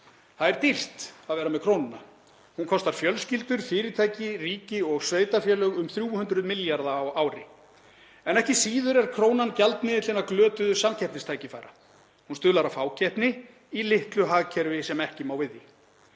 Það er dýrt að vera með krónuna. Hún kostar fjölskyldur, fyrirtæki, ríki og sveitarfélög um 300 milljarða á ári. Ekki síður er krónan gjaldmiðill hinna glötuðu samkeppnistækifæra. Hún stuðlar að fákeppni í litlu hagkerfi sem ekki má við því.